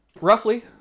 Roughly